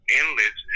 endless